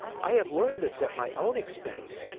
i have learned this at my own expense.